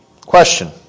Question